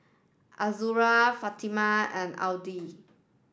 Azura Fatimah and Aidil